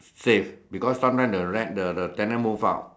safe because sometime the rent the the tenant move out